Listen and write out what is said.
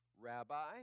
Rabbi